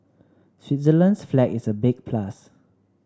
Switzerland's flag is a big plus